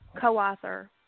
co-author